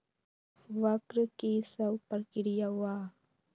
वक्र कि शव प्रकिया वा?